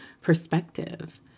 perspective